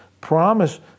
promise